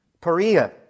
Perea